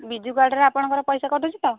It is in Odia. ବିଜୁ କାର୍ଡ଼ରେ ଆପଣଙ୍କ ପଇସା କଟୁଛି ତ